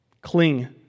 cling